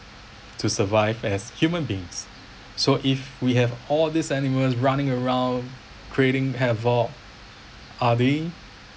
to survive as human beings so if we have all these animals running around creating havoc are they